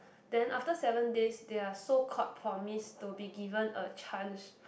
then after seven days they are so called promised to be given a chance